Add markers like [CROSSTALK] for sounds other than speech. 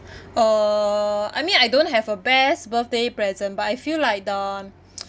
[BREATH] uh I mean I don't have a best birthday present but I feel like the [NOISE]